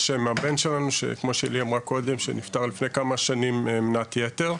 על שם הבן שלנו כמו שאילי אמרה קודם שנפטר לפני כמה שנים ממנת יתר,